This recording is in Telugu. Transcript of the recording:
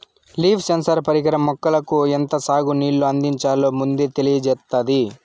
లీఫ్ సెన్సార్ పరికరం మొక్కలకు ఎంత సాగు నీళ్ళు అందించాలో ముందే తెలియచేత్తాది